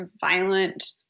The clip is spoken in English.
violent